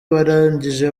barangije